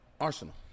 Arsenal